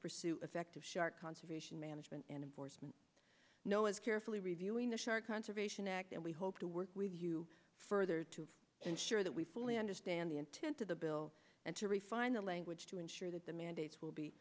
pursue effective shark conservation management and important know as carefully reviewing the shark conservation act and we hope to work with you further to ensure that we fully understand the intent of the bill and to refine the language to ensure that the mandates will be